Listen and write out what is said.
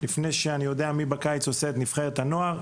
לפני שאני יודע מי עושה את נבחרת הנוער,